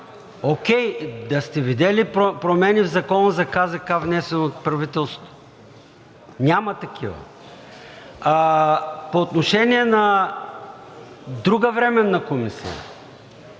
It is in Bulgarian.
окей. Да сте видели промени в Закона за КЗК, внесени от правителството? Няма такива! По отношение на друга временна комисия